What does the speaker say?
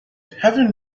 heaven